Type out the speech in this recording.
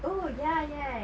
oh ya right